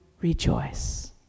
rejoice